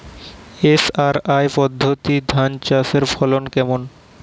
SRI পদ্ধতি ধান চাষের ফলন কেমন?